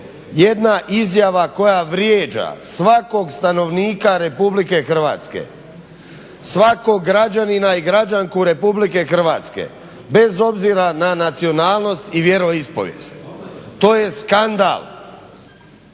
jedna izjava koja vrijeđa svakog stanovnika RH, svakog građanina i građanku RH bez obzira na nacionalnost i vjeroispovijest. To je skandal!